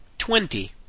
twenty